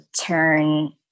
turn